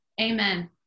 Amen